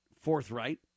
forthright